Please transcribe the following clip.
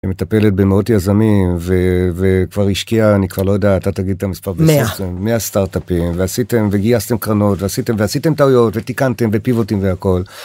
מטפלת במאות יזמים ו-וכבר השקיעה אני כבר לא יודע, אתה תגיד את המספר, 100. 100 סטארטאפים. ועשיתם, וגייסתם קרנות, ועשיתם ועשיתם טעויות, ותיקנתם בפיבוטים והכל.